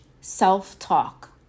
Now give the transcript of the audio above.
self-talk